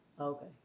Okay